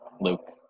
Luke